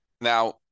Now